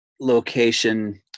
location